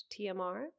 TMR